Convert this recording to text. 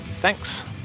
Thanks